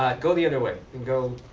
go the other way and go